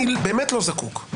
אני באמת לא זקוק.